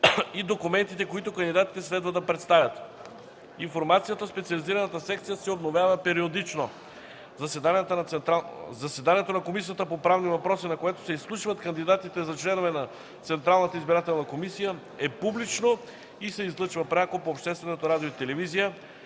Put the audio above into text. и документите, които кандидатите следва да представят. Информацията в специализираната секция се обновява периодично. Заседанието на Комисията по правни въпроси, на което се изслушват кандидатите за членове на Централната избирателна комисия, е публично и се излъчва пряко по обществените радио и телевизия,